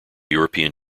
european